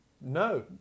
No